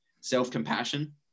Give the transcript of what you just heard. self-compassion